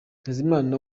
ntezimana